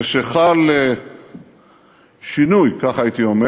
שחל שינוי, כך הייתי אומר